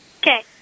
Okay